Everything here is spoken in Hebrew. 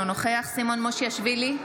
אינו נוכח סימון מושיאשוילי,